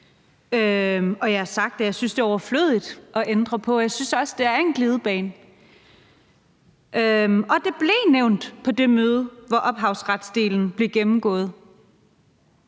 og jeg har sagt, at jeg synes, det er overflødigt at ændre på. Jeg synes også, det er en glidebane. Og det blev nævnt på det møde, hvor ophavsretsdelen blev gennemgået.